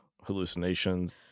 hallucinations